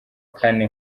kane